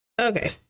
okay